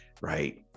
right